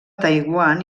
taiwan